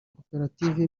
koperative